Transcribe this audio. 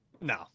No